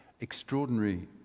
extraordinary